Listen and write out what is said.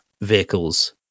vehicles